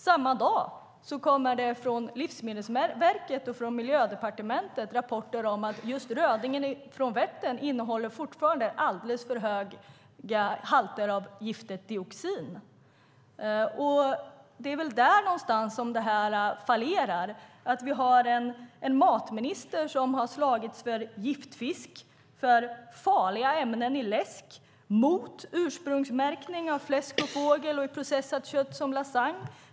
Samma dag kommer det å andra sidan från Livsmedelsverket och Miljödepartementet uppgifter om att just rödingen från Vättern fortfarande innehåller alldeles för höga halter av giftet dioxin. Det är där någonstans som det här fallerar. Vi har en matminister som har slagits för giftfisk, för farliga ämnen i läsk, mot ursprungsmärkning av fläsk, fågel och processat kött som i lasagne.